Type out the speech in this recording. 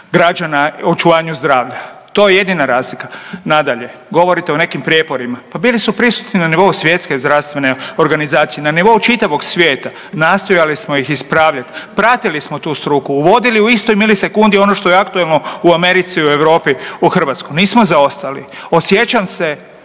građana o očuvanju zdravalja. To je jedina razlika. Nadalje, govorite o nekim prijeporima, pa bili su prisutni na nivou Svjetske zdravstvene organizacije, na nivou čitavog svijeta, nastojali smo ih ispravljat, pratili smo tu struku, uvodili u istoj milisekundi ono što je aktualno u Americi, u Europi, u Hrvatskoj, nismo zaostali. Osjećam se